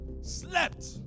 Slept